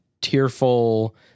tearful